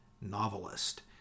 novelist